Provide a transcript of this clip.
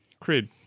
Creed